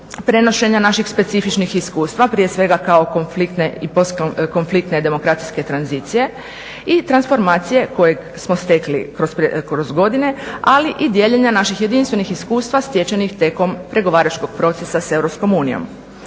prenošena naših specifičnih iskustva prije svega kao konfliktne i post konfliktne demokracijske tranzicije i trasformacije kojeg smo stekli kroz godine ali i dijeljenja naših jedinstvenih iskustva stečenih tijekom pregovaračkog procesa sa EU.